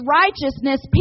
righteousness